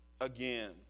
again